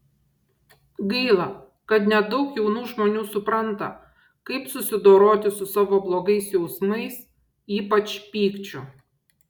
gaila kad nedaug jaunų žmonių supranta kaip susidoroti su savo blogais jausmais ypač pykčiu